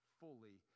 fully